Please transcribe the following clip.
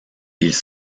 ils